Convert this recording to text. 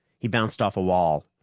he bounced off a wall.